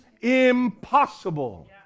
impossible